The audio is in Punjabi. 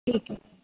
ਠੀਕ ਐ